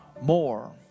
more